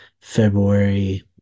February